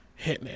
hitman